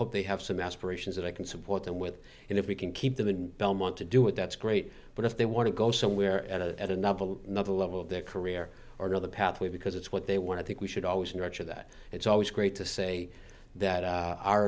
hope they have some aspirations that i can support them with and if we can keep them in belmont to do it that's great but if they want to go somewhere at a at a novel another level of their career or another pathway because it's what they want i think we should always nurture that it's always great to say that